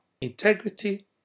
Integrity